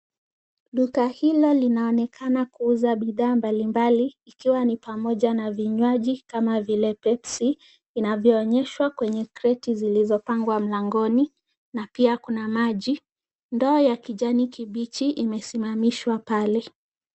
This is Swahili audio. Duka hilo linaonekana kuuza bidhaa mbalimbali likiwa ni pamoja na vinywaji kama vile pepsi, inavyo onyeshwa kwenye kreti zilizopangwa mlangoni na pia kuna maji. Ndoo ya kijani kibichi imesimamishwa pale.